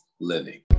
living